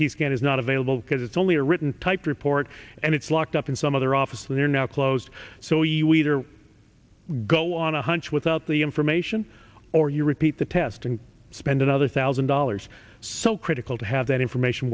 scan is not available because it's only a written type report and it's locked up in some other office and they're now closed so you either go on a hunch without the information or you repeat the test and spend another thousand dollars so critical to have that information